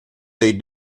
they